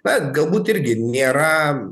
na galbūt irgi nėra